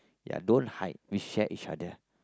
ya don't hide we share each other